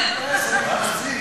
אני לא מתבאס, אני מאזין.